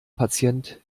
patient